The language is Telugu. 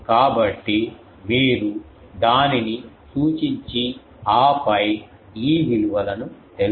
కాబట్టి మీరు దానిని సూచించి ఆపై ఈ విలువలను తెలుసుకోండి